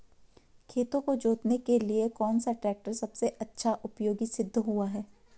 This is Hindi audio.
खेतों को जोतने के लिए कौन सा टैक्टर सबसे अच्छा उपयोगी सिद्ध हुआ है?